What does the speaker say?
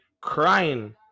Crying